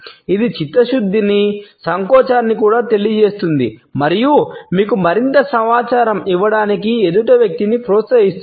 ఇది చిత్తశుద్ధిని సంకోచాన్ని కూడా తెలియజేస్తుంది మరియు మీకు మరింత సమాచారం ఇవ్వడానికి ఎదుటి వ్యక్తిని ప్రోత్సహిస్తుంది